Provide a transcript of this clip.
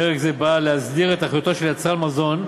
פרק זה בא להסדיר את אחריותו של יצרן מזון,